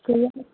गैया